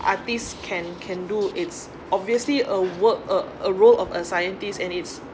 artist can can do it's obviously a work a a role of a scientist and it's